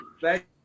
Thank